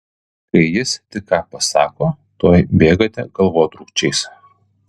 kai jis tik ką pasako tuoj bėgate galvotrūkčiais